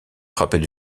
frappées